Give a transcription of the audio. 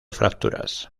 fracturas